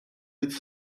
its